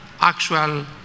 actual